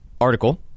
article